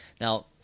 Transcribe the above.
now